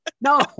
No